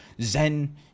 Zen